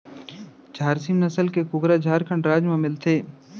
झारसीम नसल के कुकरा झारखंड राज म मिलथे